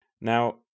Now